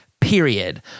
Period